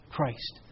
Christ